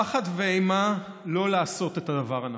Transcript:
פחד ואימה לא לעשות את הדבר הנכון,